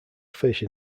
fish